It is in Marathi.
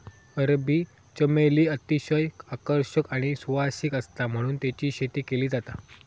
अरबी चमेली अतिशय आकर्षक आणि सुवासिक आसता म्हणून तेची शेती केली जाता